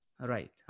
Right